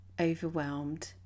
overwhelmed